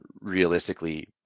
realistically